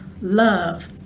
love